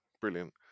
Brilliant